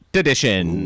edition